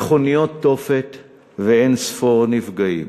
מכוניות תופת ואין-ספור נפגעים.